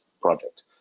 project